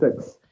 Six